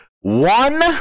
one